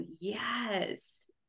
yes